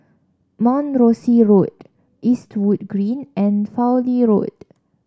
Mount Rosie Road Eastwood Green and Fowlie Road